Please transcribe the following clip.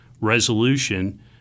resolution